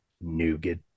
Nougat